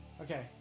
Okay